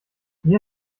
mir